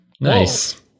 Nice